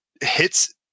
hits